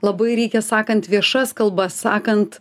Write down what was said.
labai reikia sakant viešas kalbas sakant